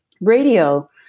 radio